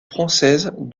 française